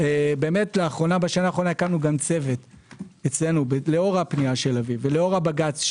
בשנה האחרונה הקמנו צוות לאור הפנייה של לביא ולאור הבג"ץ,